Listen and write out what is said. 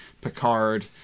Picard